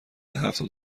هفتاد